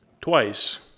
Twice